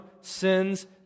sins